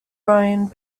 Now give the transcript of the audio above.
byrne